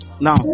now